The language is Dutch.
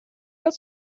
dat